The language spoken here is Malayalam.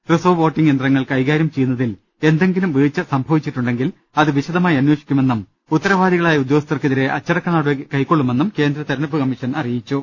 റിസർവ് വോട്ടിംഗ് യന്ത്രങ്ങൾ കൈകാര്യം ചെയ്യുന്നതിൽ എന്തെങ്കിലും വീഴ്ച സംഭവിച്ചിട്ടുണ്ടെങ്കിൽ അത് വിശ ദമായി അന്വേഷിക്കുമെന്നും ഉത്തരവാദികളായ ഉദ്യോഗസ്ഥർക്കെതിരെ അച്ചടക്ക നടപടി കൈക്കൊള്ളുമെന്നും കേന്ദ്ര തെരഞ്ഞെടുപ്പ് കമ്മീഷൻ അറിയിച്ചു